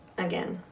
again.